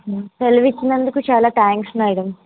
సెలవు ఇచ్చినందుకు చాలా థ్యాంక్స్ మ్యాడం